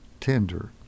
tender